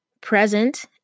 present